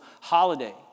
holiday